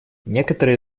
некоторые